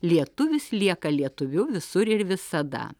lietuvis lieka lietuviu visur ir visada